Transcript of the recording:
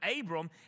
Abram